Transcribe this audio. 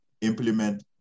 implement